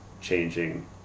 changing